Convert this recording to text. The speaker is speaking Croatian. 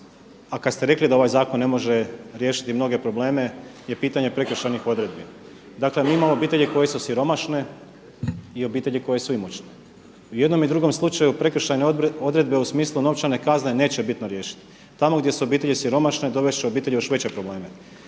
a kada ste rekli da ovaj zakon ne može riješiti mnoge probleme je pitanje prekršajnih odredbi. Dakle mi imamo obitelji koji su siromašne i obitelji koje su imućne. I u jednom i u drugom slučaju prekršajne odredbe u smislu novčane kazne neće bitno riješiti. Tamo gdje su obitelji siromašne dovest će obitelj u još veće probleme.